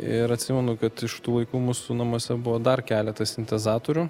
ir atsimenu kad iš tų laikų mūsų namuose buvo dar keletas sintezatorių